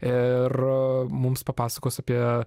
ir mums papasakos apie